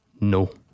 No